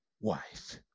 wife